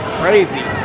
crazy